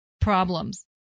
problems